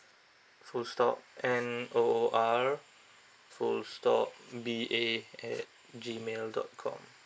full stop N O O R full stop B A at G mail dot com